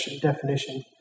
definition